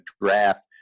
draft